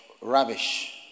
rubbish